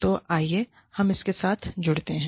तो आइए हम इसके साथ जुड़ते हैं